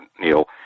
Neil